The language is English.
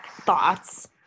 thoughts